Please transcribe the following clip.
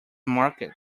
market